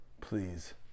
Please